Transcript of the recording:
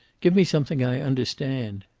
give me something i understand.